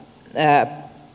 enää